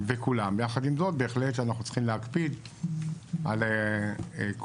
יחד עם זאת בהחלט אנחנו צריכים להקפיד על כל